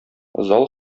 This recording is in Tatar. зал